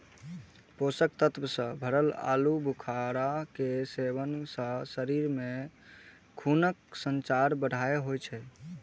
पोषक तत्व सं भरल आलू बुखारा के सेवन सं शरीर मे खूनक संचार बढ़िया होइ छै